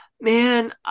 man